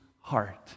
heart